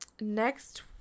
Next